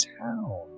town